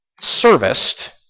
serviced